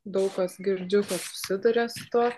daug kas girdžiu kad susiduria su tuo